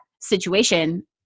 situation